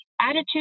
attitude